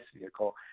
vehicle